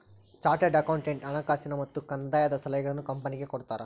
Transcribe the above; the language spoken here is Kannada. ಚಾರ್ಟೆಡ್ ಅಕೌಂಟೆಂಟ್ ಹಣಕಾಸಿನ ಮತ್ತು ಕಂದಾಯದ ಸಲಹೆಗಳನ್ನು ಕಂಪನಿಗೆ ಕೊಡ್ತಾರ